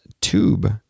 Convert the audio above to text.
tube